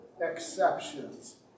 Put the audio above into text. exceptions